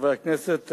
חברי הכנסת,